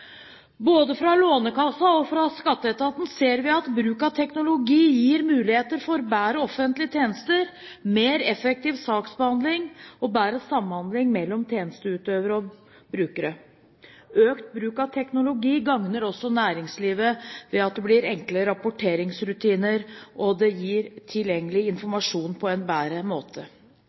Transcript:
Både fra Lånekassa og fra Skatteetaten ser vi at bruk av teknologi gir muligheter for bedre offentlige tjenester, mer effektiv saksbehandling og bedre samhandling mellom tjenesteutøvere og brukere. Økt bruk av teknologi gagner også næringslivet ved at det blir enklere rapporteringsrutiner, og det gir tilgjengelig informasjon på en bedre måte.